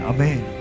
Amen